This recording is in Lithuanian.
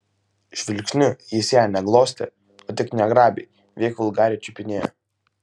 žvilgsniu jis ją ne glostė o tik negrabiai veik vulgariai čiupinėjo